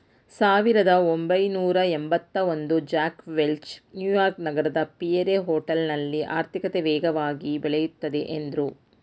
ಸಾವಿರದಒಂಬೈನೂರಎಂಭತ್ತಒಂದು Jack Welch New York ನಗರದ Pierre ಹೋಟೆಲ್ನಲ್ಲಿ ಆರ್ಥಿಕತೆ ವೇಗವಾಗಿ ಬೆಳೆಯುತ್ತದೆ ಎಂದ್ರು